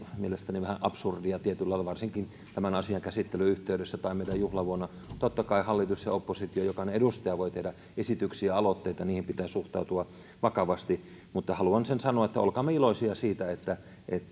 mielestäni vähän absurdia tietyllä lailla varsinkin tämän asian käsittelyn yhteydessä tai meidän juhlavuonna totta kai hallitus oppositio ja jokainen edustaja voi tehdä esityksiä aloitteita ja niihin pitää suhtautua vakavasti mutta haluan sen sanoa että olkaamme iloisia siitä että